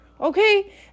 Okay